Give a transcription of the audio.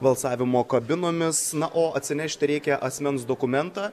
balsavimo kabinomis na o atsinešti reikia asmens dokumentą